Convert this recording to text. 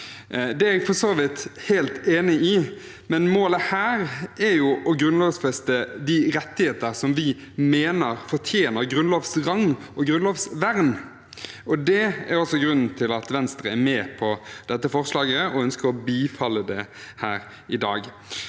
Det er jeg for så vidt helt enig i. Men målet her er å grunnlovfeste de rettigheter som vi mener fortjener grunnlovs rang og grunnlovsvern. Det er også grunnen til at Venstre er med på dette forslaget og ønsker å bifalle det her i dag.